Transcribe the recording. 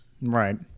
right